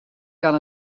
kan